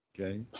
Okay